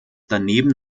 daneben